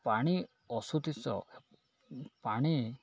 ପାଣି ପାଣି